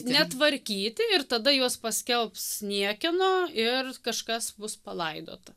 netvarkyti ir tada juos paskelbs niekieno ir kažkas bus palaidota